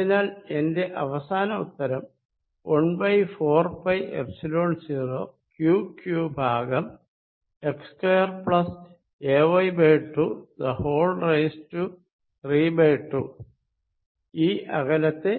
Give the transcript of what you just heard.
അതിനാൽ എൻറെ അവസാന ഉത്തരം 14πϵ0 Q q ഭാഗം x2 ay2 32 ഈ അകലത്തെ